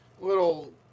little